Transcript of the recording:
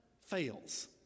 fails